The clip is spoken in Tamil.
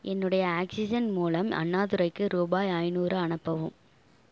என்னுடைய ஆக்ஸிஜன் மூலம் அண்ணாதுரைக்கு ரூபாய் ஐநூறு அனுப்பவும்